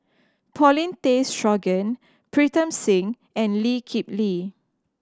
Paulin Tay Straughan Pritam Singh and Lee Kip Lee